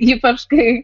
ypač kai